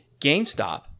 GameStop